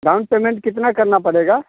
down payment कितना करना पड़ेगा